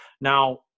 Now